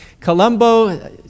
Colombo